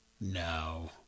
No